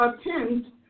attend